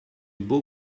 beau